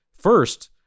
First